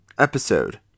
episode